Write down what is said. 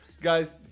Guys